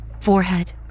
forehead